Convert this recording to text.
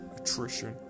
attrition